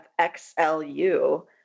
XLU